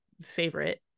favorite